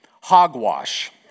hogwash